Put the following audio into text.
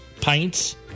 pints